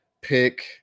pick